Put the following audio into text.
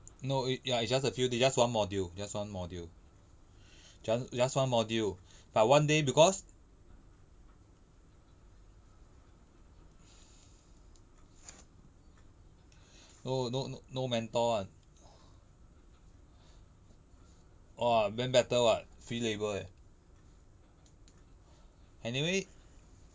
no err ya it's just a few it's just one module just one module just just one module but one day because no no no no mentor [one] !whoa! then better [what] free labour leh anyway